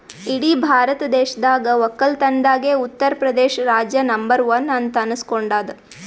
ಇಡೀ ಭಾರತ ದೇಶದಾಗ್ ವಕ್ಕಲತನ್ದಾಗೆ ಉತ್ತರ್ ಪ್ರದೇಶ್ ರಾಜ್ಯ ನಂಬರ್ ಒನ್ ಅಂತ್ ಅನಸ್ಕೊಂಡಾದ್